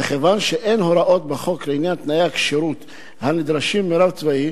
וכיוון שאין הוראות בחוק לעניין תנאי הכשירות הנדרשים מרב צבאי,